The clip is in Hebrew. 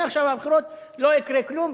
מעכשיו עד הבחירות לא יקרה כלום,